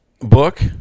book